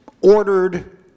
ordered